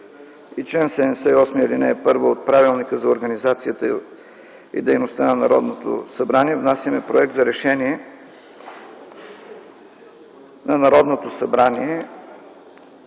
и чл. 78, ал. 1 от Правилника за организацията и дейността на Народното събрание внасяме проект за решение на Народното събрание